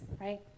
right